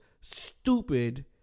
stupid